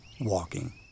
WALKING